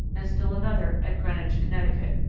and still another at greenwich, connecticut.